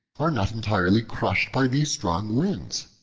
are not entirely crushed by these strong winds.